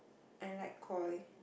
I like Koi